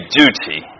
duty